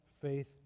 faith